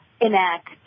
enact